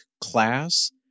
class